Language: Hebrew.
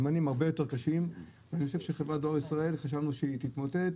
חשבנו שחברת דואר ישראל תתמוטט,